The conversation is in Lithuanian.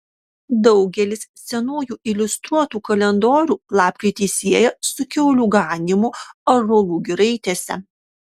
daugelis senųjų iliustruotų kalendorių lapkritį sieja su kiaulių ganymu ąžuolų giraitėse